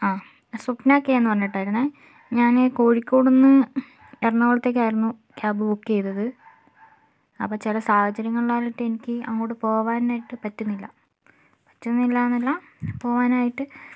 ആ സ്വപ്ന കെ എന്നു പറഞ്ഞിട്ടായിരുന്നു ഞാൻ കോഴിക്കോടുനിന്ന് എറണാകുളത്തേക്കായിരുന്നു ക്യാബ് ബുക്ക് ചെയ്തത് അപ്പം ചില സാഹചര്യങ്ങളിലാലിട്ട് എനിക്ക് അങ്ങോട്ട് പോവാനായിട്ട് പറ്റുന്നില്ല പറ്റുന്നില്ല എന്നല്ല പോവാനായിട്ട്